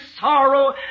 sorrow